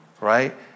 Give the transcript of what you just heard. right